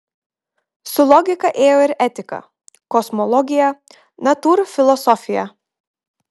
su logika ėjo ir etika kosmologija natūrfilosofija